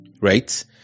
Right